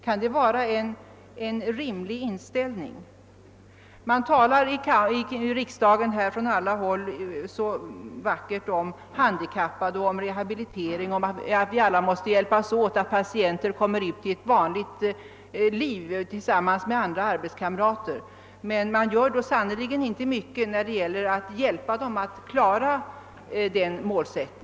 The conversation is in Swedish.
Kan det vara en rimlig inställning? Det talas i riksdagen från alla håll så vackert om handikappade, om rehabilitering och om att vi alla måste hjälpas åt så att patienter kommer ut i ett vanligt liv tillsammans med arbetskamrater, men det görs sannerligen inte mycket för att hjälpa dem att uppnå det målet.